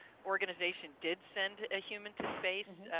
organization did send a human to space.